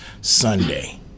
Sunday